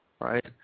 right